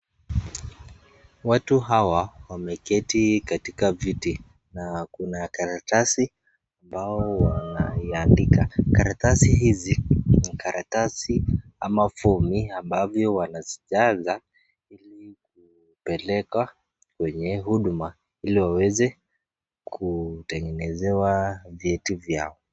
Watu hawa wameketi katika viti na kuna karatasi ambao wanaiandika. Karatasi hizi ni karatasi ama fomu ambavyo wanazijaza ilikupeleka kwenye huduma iliwaweze kutengenezewa vieti vyao.